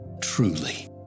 truly